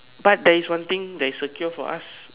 but there is one thing that is secure for us